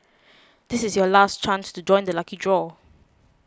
this is your last chance to join the lucky draw